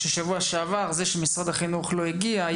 שזה שמשרד החינוך לא הגיע בשבוע שעבר,